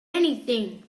anything